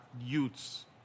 youths